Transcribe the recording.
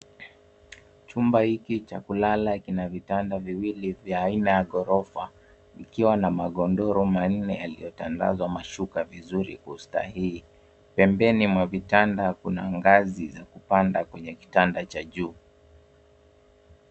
Chumba hiki cha kulala kina vitanda viwili vya aina ya ghorofa vikiwa na magodoro manne yakiyotandazwa mashuka vizuri kwa ustahihi. Pembeni mwa vitanda kuna ngazi za kupanda kwenye kitanda cha juu.